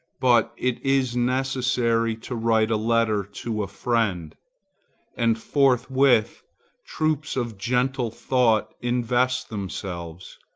but it is necessary to write a letter to a friend and forthwith troops of gentle thoughts invest themselves,